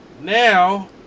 now